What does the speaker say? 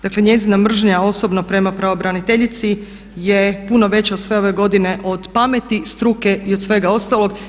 Dakle, njezina mržnja osobno prema pravobraniteljici je puno veća sve ove godine od pameti, struke i od svega ostalog.